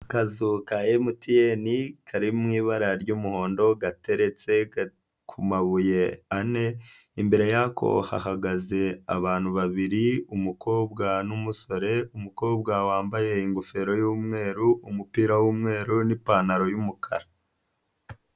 Akazu ka MTN kari mu ibara ry'umuhondo gateretse ku mabuye ane, imbere yako hagaze abantu babiri, umukobwa n'umusore, umukobwa wambaye ingofero y'umweru, umupira w'umweru n'ipantaro y'umukara.